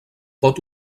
pot